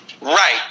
Right